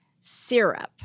syrup